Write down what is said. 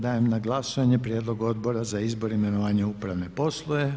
Dajem na glasovanje prijedlog Odbora za izbor, imenovanje, upravne poslove.